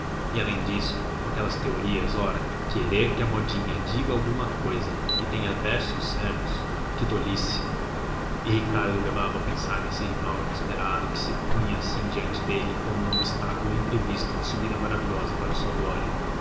e além disso com aquelas teorias ora quer que a modinha diga alguma cousa e tenha versos certos que tolice e ricardo levava a pensar nesse rival inesperado que se punha assim diante dele como um obstáculo imprevisto na subida maravilhosa para a sua glória